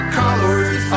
colors